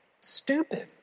stupid